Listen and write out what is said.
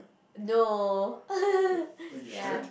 no ya